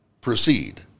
proceed